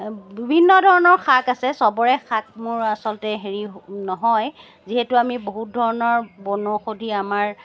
বিভিন্ন ধৰণৰ শাক আছে চবৰে শাক মোৰ আচলতে হেৰি নহয় যিহেতু আমি বহুত ধৰণৰ বনৌষধি আমাৰ